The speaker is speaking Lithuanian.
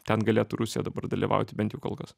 ten galėtų rusija dabar dalyvauti bent jau kol kas